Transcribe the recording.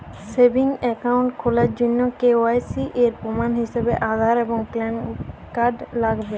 savings account খোলার জন্য KYC এর প্রমাণ হিসেবে আধার এবং প্যান কার্ড লাগবে